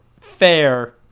fair